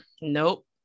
Nope